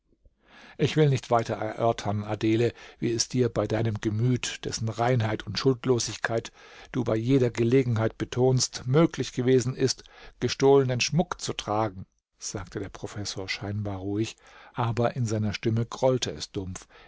ich will nicht weiter erörtern adele wie es dir bei deinem gemüt dessen reinheit und schuldlosigkeit du bei jeder gelegenheit betonst möglich gewesen ist gestohlenen schmuck zu tragen sagte der professor scheinbar ruhig aber in seiner stimme grollte es dumpf